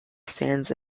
stands